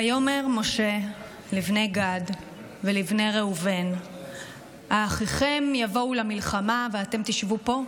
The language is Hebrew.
"ויאמר משה לבני גד ולבני ראובן האחיכם יבאו למלחמה ואתם תשבו פה".